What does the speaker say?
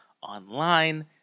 online